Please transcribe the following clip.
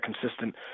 consistent –